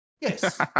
Yes